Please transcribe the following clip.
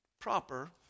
proper